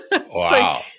Wow